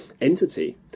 entity